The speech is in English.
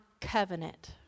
covenant